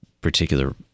particular